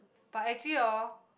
but actually hor